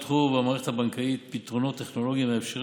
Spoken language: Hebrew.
פותחו במערכת הבנקאית פתרונות טכנולוגיים המאפשרים